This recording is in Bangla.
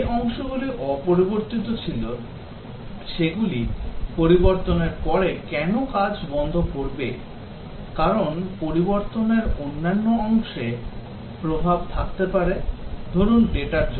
যে অংশগুলি অপরিবর্তিত ছিল সেগুলি পরিবর্তনের পরে কেন কাজ বন্ধ করবে কারণ পরিবর্তনের অন্যান্য অংশে প্রভাব থাকতে পারে ধরুন ডাটার জন্য